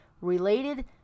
related